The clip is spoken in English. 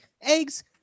eggs